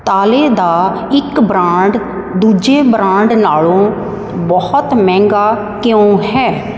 ਤਾਲੇ ਦਾ ਇੱਕ ਬ੍ਰਾਂਡ ਦੂਜੇ ਬ੍ਰਾਂਡ ਨਾਲੋਂ ਬਹੁਤ ਮਹਿੰਗਾ ਕਿਉਂ ਹੈ